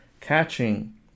catching